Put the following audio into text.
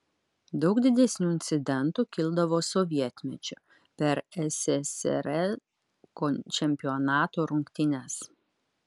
daug didesnių incidentų kildavo sovietmečiu per sssr čempionato rungtynes